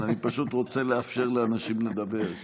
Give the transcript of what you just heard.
אני פשוט רוצה לאפשר לאנשים לדבר.